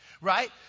right